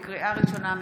לקריאה ראשונה,